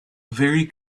very